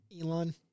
Elon